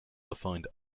defined